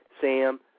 Sam